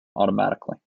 automatically